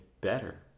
better